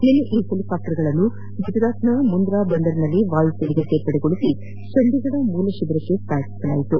ನಿನ್ನೆ ಈ ಹೆಲಿಕಾಫ್ಟರ್ಗಳನ್ನು ಗುಜರಾತ್ನ ಮುಂದ್ರಾ ಬಂದರಿನಲ್ಲಿ ವಾಯುಸೇನೆಗೆ ಸೇರ್ಪಡೆಗೊಳಿಸಿ ಚಂಡೀಗಢದ ಮೂಲ ಶಿಬಿರಕ್ಕೆ ಸಾಗಿಸಲಾಯಿತು